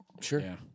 Sure